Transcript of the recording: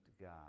God